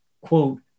quote